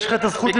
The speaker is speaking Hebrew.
יש לך הזכות לבחור.